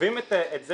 כשקובעים את זה